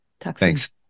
Thanks